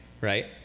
right